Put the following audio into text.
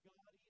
God